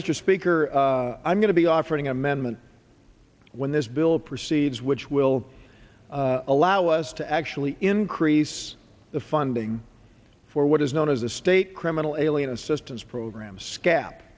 mr speaker i'm going to be offering amendment when this bill proceeds which will allow us to actually increase the funding for what is known as a state criminal alien assistance program